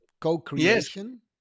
co-creation